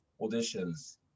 auditions